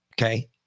Okay